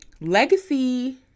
legacy